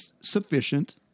sufficient